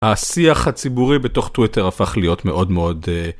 השיח הציבורי בתוך טוויטר הפך להיות מאוד מאוד...